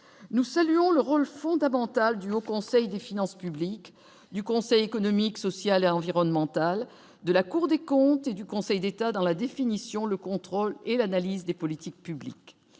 nous saluons le rôle fondamental du Haut Conseil des finances publiques du Conseil économique, social et environnemental de la Cour des Comptes et du Conseil d'État dans la définition, le contrôle et l'analyse des politiques publiques,